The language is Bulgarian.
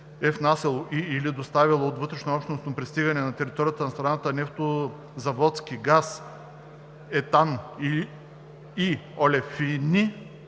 е внасяло и/или доставяло от вътрешнообщностни пристигания на територията на страната нефтозаводски газ, етан и олефини